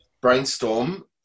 brainstorm